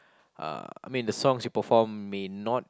uh I mean the songs you perform may not